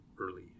early